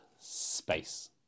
space